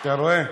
אתה רואה?